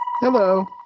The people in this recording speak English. Hello